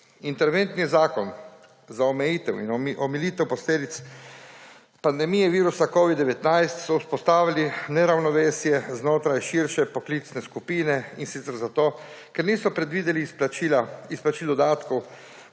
Interventni zakon za omejitev in omilitev posledic pandemije virusa covid-19 so vzpostavili neravnovesje znotraj širše poklicne skupine, in sicer zato, ker niso predvideli izplačil dodatkov